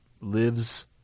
lives